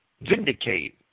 vindicate